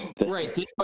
right